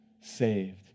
saved